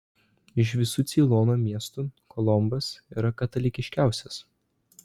iš visų ceilono miestų kolombas yra katalikiškiausias